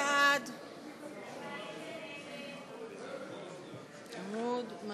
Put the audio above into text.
של קבוצת סיעת יש עתיד לסעיף 1 לא